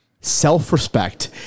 self-respect